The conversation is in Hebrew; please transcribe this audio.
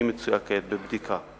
והיא מצויה כעת בבדיקה.